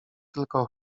tylko